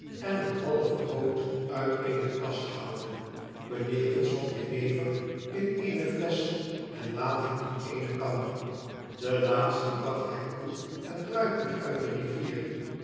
en een half brood uit eene kast haalde benevens wat jenever in eene flesch en water in eene kan de laatste bracht hij koel en druipend uit de rivier